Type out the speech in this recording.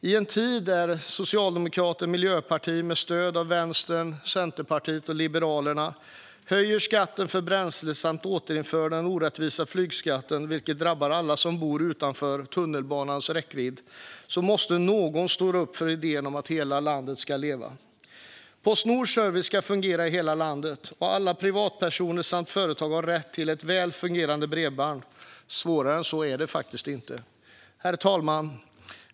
I en tid när Socialdemokraterna och Miljöpartiet med stöd av Vänstern, Centerpartiet och Liberalerna höjer skatten för bränsle och återinför den orättvisa flygskatten, vilket drabbar alla som bor utanför tunnelbanans räckvidd, måste någon stå upp för idén om att hela landet ska leva. Postnords service ska fungera i hela landet, och alla privatpersoner och företag har rätt till ett välfungerande bredband. Svårare än så är det faktiskt inte. Herr talman!